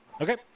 Okay